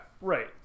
right